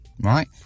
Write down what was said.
right